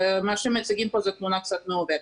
מה שמציגים פה זו תמונה קצת מעוותת.